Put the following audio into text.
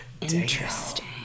Interesting